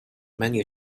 menu